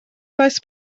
faes